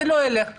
זה לא ילך כך.